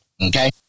Okay